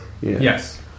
yes